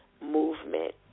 movement